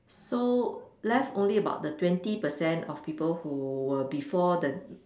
so left only about the twenty percent of people who were before the